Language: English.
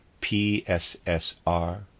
P-S-S-R